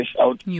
out